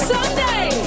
Someday